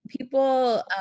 people